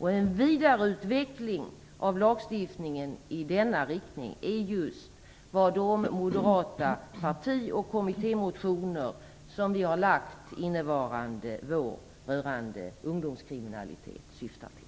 En vidareutveckling av lagstiftningen i denna riktning är just vad de moderata parti och kommittémotioner som vi har lagt fram innevarande vår rörande ungdomskriminalitet syftar till.